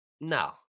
No